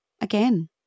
again